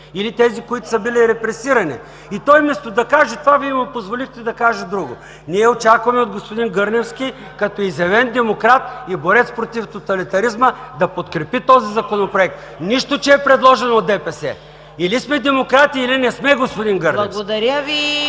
или тези, които са били репресирани. И той, вместо да каже това, Вие му позволихте да каже друго. Ние очакваме от господин Гърневски, като изявен демократ и борец против тоталитаризма, да подкрепи този Законопроект, нищо че е предложен от ДПС. Или сме демократи, или не сме, господин Гърневски! (Ръкопляскания